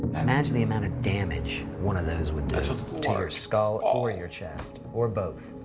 imagine the amount of damage one of those would do to your skull or your chest. or both.